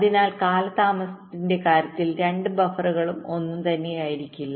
അതിനാൽ കാലതാമസത്തിന്റെ കാര്യത്തിൽ 2 ബഫറുകളും ഒന്നുതന്നെയായിരിക്കില്ല